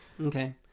Okay